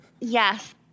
Yes